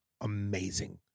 amazing